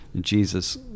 Jesus